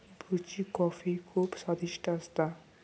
ब्रुची कॉफी खुप स्वादिष्ट असता